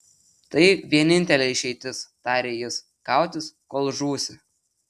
tai vienintelė išeitis tarė jis kautis kol žūsi